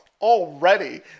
already